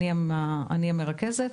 אני המרכזת.